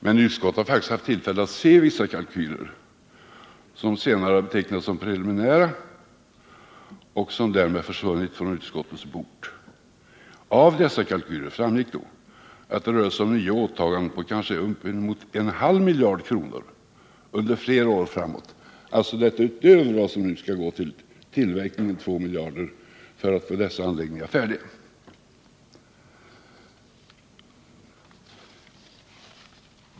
Men utskottet har faktiskt haft tillfälle att få se vissa kalkyler, som senare betecknats som preliminära och som därmed försvunnit från utskottets bord. Av dessa kalkyler framgick då att det rörde sig om nya åtaganden på kanske upp emot en halv miljard kronor under flera år framåt, alltså utöver de 2 miljarder som skulle behövas för att få dessa anläggningar färdiga.